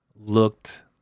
looked